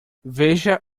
veja